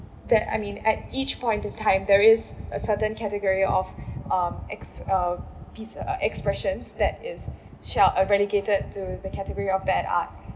that I mean at each point of time there is a certain category of um ex~ um piece uh expressions that is she~ uh relegated to the category or bad art